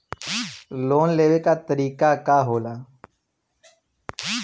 Loan लेवे क तरीकाका होला?